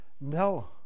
No